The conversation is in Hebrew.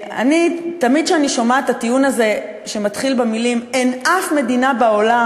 תמיד כשאני שומעת את הטיעון הזה שמתחיל במילים "אין אף מדינה בעולם",